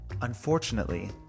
Unfortunately